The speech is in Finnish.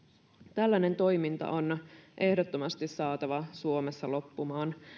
tällainen toiminta on ehdottomasti saatava suomessa loppumaan